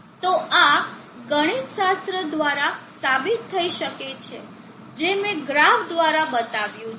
તો આ ગણિતશાસ્ત્ર દ્વારા સાબિત થઈ શકે છે જે મેં ગ્રાફ દ્વારા બતાવ્યું છે